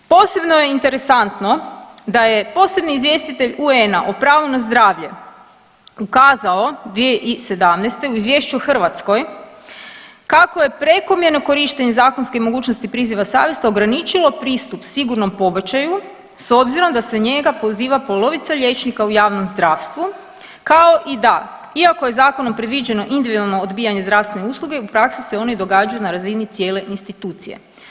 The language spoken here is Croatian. Posebno je interesantno da je posebni izvjestitelj UN-a o pravu na zdravlje ukazao 2017. u izvješću Hrvatskoj kako je prekomjerno korištenje zakonske mogućnost priziva savjesti ograničilo pristup sigurnom pobačaju s obzirom da se njega poziva polovica liječnika u javnom zdravstvu, kao i da, iako je zakonom predviđeno individualno odbijanje zdravstvene usluge, u praksi se one događaju na razini cijele institucije.